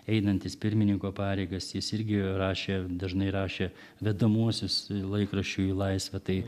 einantis pirmininko pareigas jis irgi rašė dažnai rašė vedamuosius laikraščiui į laisvę